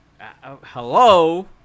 hello